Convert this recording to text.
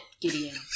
Gideon